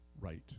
right